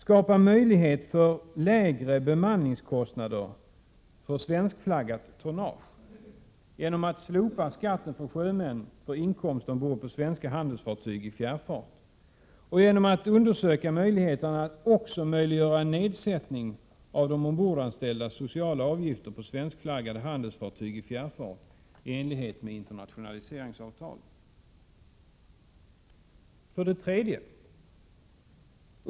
Skapa möjligheter för lägre bemanningskostnader för svenskflaggat tonnage genom att slopa skatten för sjömän på inkomst ombord på svenska handelsfartyg i fjärrfart! Undersök möjligheterna att också möjliggöra en nedsättning av de ombordanställdas sociala avgifter på svenskflaggade handelsfartyg i fjärrfart i enlighet med internationaliseringsavtalet! 3.